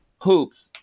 hoops